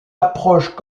approche